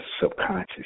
subconscious